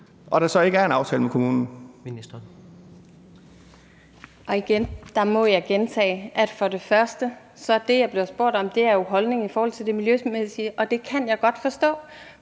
Miljøministeren (Lea Wermelin): Jeg må gentage, at for det første er det, jeg bliver spurgt om, jo holdningen i forhold til det miljømæssige, og det kan jeg godt forstå,